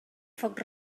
foc